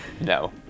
no